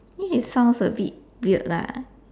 mean it sounds a bit weird lah